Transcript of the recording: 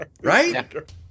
Right